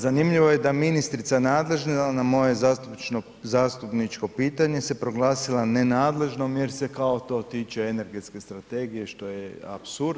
Zanimljivo je da ministrica nadležna na moje zastupničko pitanje se proglasila nenadležnom jer se kao to tiče energetske strategije što je apsurd.